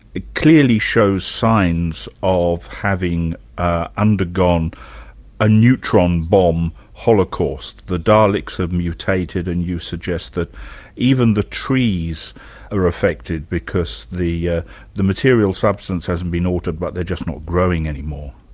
it clearly shows signs of having ah undergone a neutron bomb holocaust. the daleks have mutated and you suggest that even the trees are affected, because the ah the material substance hasn't been altered, but they're just not growing any more.